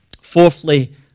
Fourthly